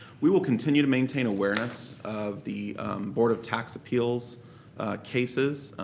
we will continue to maintain awareness of the board of tax appeals cases.